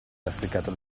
lastricato